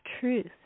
truth